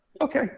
Okay